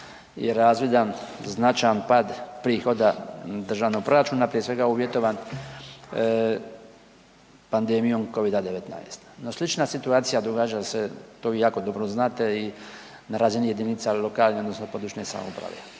je razvidan značajan pad prihoda državnog proračuna, prije svega uvjetovan pandemijom covid-19. No slična situacija događa se, to vi jako dobro znate i na razini jedinica lokalne odnosno područne samouprave,